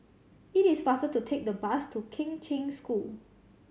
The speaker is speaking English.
it is faster to take the bus to Kheng Cheng School